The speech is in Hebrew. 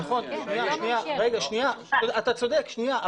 נכון, אתה צודק, שניה.